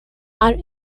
are